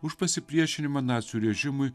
už pasipriešinimą nacių režimui